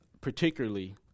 particularly